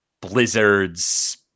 Blizzards